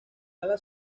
ala